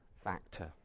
Factor